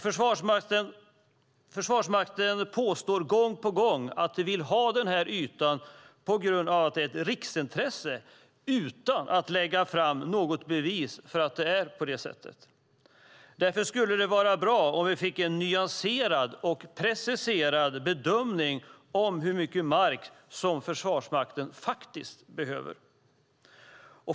Försvarsmakten påstår gång på gång att de vill ha den här ytan på grund av det är ett riksintresse utan att lägga fram något bevis för att det är på det sättet. Därför skulle det vara bra om vi fick en nyanserad och preciserad bedömning av hur mycket mark som Försvarsmakten faktiskt behöver.